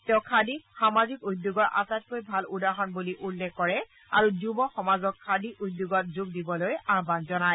তেওঁ খাদীক সামাজিক উদ্যোগৰ আটাইতকৈ ভাল উদাহৰণ বুলি উল্লেখ কৰে আৰু যুৱ সমাজক খাদী উদ্যোগত যোগ দিবলৈ আহান জনায়